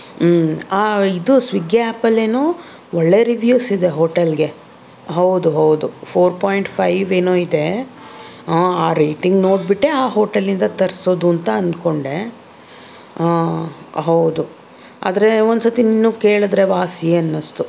ಆ ಇದು ಸ್ವಿಗ್ಗಿ ಆ್ಯಪಲ್ಲೇನೊ ಒಳ್ಳೆಯ ರಿವ್ಯೂಸ್ ಇದೆ ಹೋಟೆಲ್ಗೆ ಹೌದು ಹೌದು ಫೋರ್ ಪಾಯಿಂಟ್ ಫೈವ್ ಏನೋ ಇದೆ ಆ ರೇಟಿಂಗ್ ನೋಡಿಬಿಟ್ಟೇ ಆ ಹೊಟೇಲಿಂದ ತರ್ಸೋದು ಅಂತ ಅಂದ್ಕೊಂಡೆ ಹೌದು ಆದರೆ ಒಂದ್ಸತಿ ನಿನ್ನನ್ನು ಕೇಳಿದರೆ ವಾಸಿ ಅನ್ನಿಸ್ತು